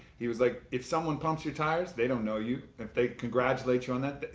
he was like, if someone pumps your tires, they don't know you. if they congratulate you on that.